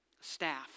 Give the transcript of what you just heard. staff